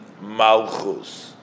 Malchus